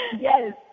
Yes